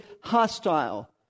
hostile